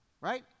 Right